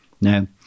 Now